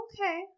Okay